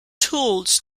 tools